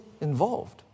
involved